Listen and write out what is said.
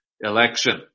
election